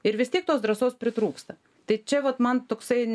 ir vis tiek tos drąsos pritrūksta tai čia vat man toksai